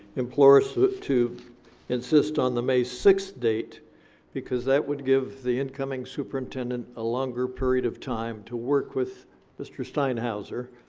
implore us to insist on the may sixth date because that would give the incoming superintendent a longer period of time to work with mr. steinhauser.